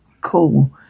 Cool